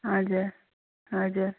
हजुर हजुर